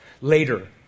later